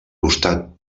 costat